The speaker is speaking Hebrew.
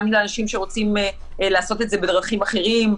גם לאנשים שרוצים לעשות את זה בדרכים אחרות,